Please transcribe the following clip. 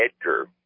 Edgar